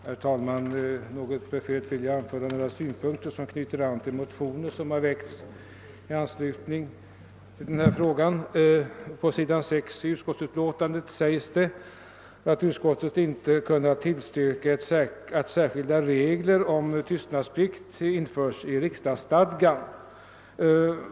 Herr talman! Jag vill litet perifert anföra några synpunkter, som anknyter till motioner väckta i anslutning till denna fråga. På s. 6 i förevarande utskottsutlåtande anför utskottet att det inte kunnat »tillstyrka att särskilda regler om tystnadsplikt införs i riksdagsstadgan».